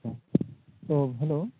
ᱟᱪᱪᱷᱟ ᱛᱳ ᱦᱮᱞᱳ